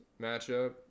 matchup